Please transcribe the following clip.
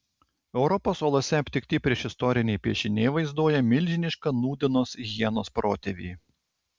europos olose aptikti priešistoriniai piešiniai vaizduoja milžinišką nūdienos hienos protėvį